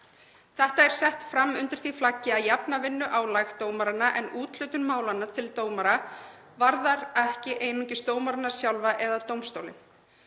Þetta er sett fram undir því flaggi að jafna vinnuálag dómaranna en úthlutun málanna til dómara varðar ekki einungis þá sjálfa eða dómstólinn.